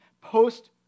post